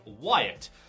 Wyatt